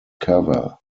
cover